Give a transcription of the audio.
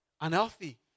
unhealthy